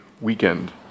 weekend